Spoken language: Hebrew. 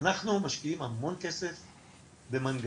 אנחנו משקיעים המון כסף במנגנון,